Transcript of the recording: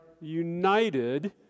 united